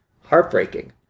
Heartbreaking